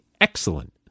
excellent